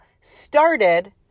started